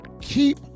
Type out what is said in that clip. Keep